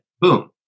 Boom